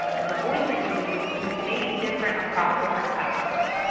um and the voice that you use may be different across different platforms,